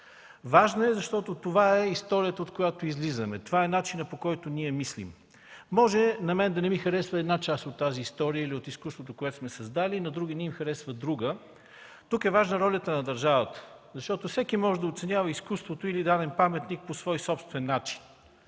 Важна е, защото това е историята, от която излизаме, това е начинът, по който ние мислим. Може на мен да не ми харесва една част от тази история или от изкуството, което сме създали, на други не им харесва друга. Тук е важна ролята на държавата, защото всеки може да оценява изкуството или даден паметник по свой собствен начин.